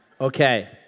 Okay